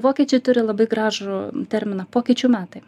vokiečiai turi labai gražų terminą pokyčių metai